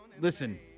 listen